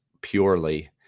purely